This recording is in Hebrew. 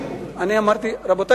רבותי,